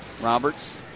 Roberts